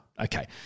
Okay